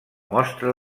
mostra